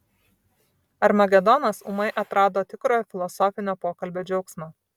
armagedonas ūmai atrado tikrojo filosofinio pokalbio džiaugsmą